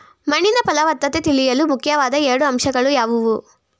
ಮಣ್ಣಿನ ಫಲವತ್ತತೆ ತಿಳಿಯಲು ಮುಖ್ಯವಾದ ಎರಡು ಅಂಶಗಳು ಯಾವುವು?